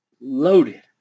loaded